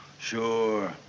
Sure